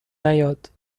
نیاد